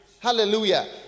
hallelujah